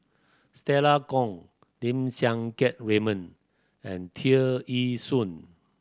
Stella Kon Lim Siang Keat Raymond and Tear Ee Soon